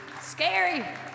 Scary